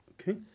Okay